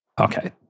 Okay